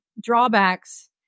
drawbacks